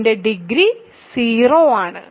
അതിന്റെ ഡിഗ്രി 0 ആണ്